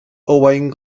owain